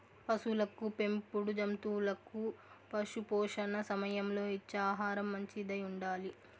పసులకు పెంపుడు జంతువులకు పశుపోషణ సమయంలో ఇచ్చే ఆహారం మంచిదై ఉండాలి